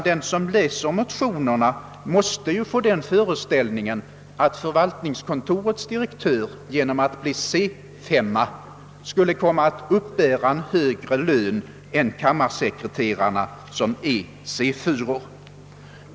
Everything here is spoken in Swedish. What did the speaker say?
Den som läser motionerna måste därför få den uppfattningen, att förvaltningskontorets direktör vid en uppflyttning i C 5 skulle komma att uppbära högre lön än kammarsekreterarna, som är placerade i lönegrad C 4.